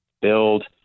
build